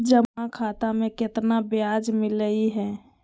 जमा खाता में केतना ब्याज मिलई हई?